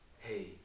hey